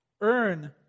Earn